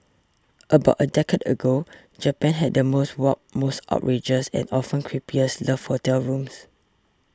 about a decade ago Japan had the most warped most outrageous and often creepiest love hotel rooms